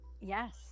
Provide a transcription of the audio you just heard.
Yes